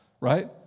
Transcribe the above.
right